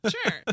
Sure